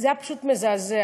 זה היה פשוט מזעזע,